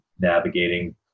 navigating